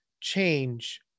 change